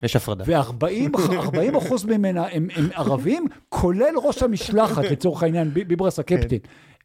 יש הפרדה, ו-40% ממנה הם ערבים, כולל ראש המשלחת לצורך העניין בברסה קפטית.